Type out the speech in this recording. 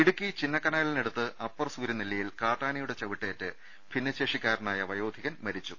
ഇടുക്കി ചിന്നക്കനാലിനടുത്ത് അപ്പർ സൂര്യനെല്ലിയിൽ കാട്ടാന യുടെ ചവിട്ടേറ്റ് ഭിന്നശേഷിക്കാരനായ വയോധികൻ മരിച്ചു